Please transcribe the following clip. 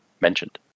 mentioned